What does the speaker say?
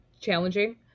challenging